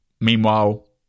Meanwhile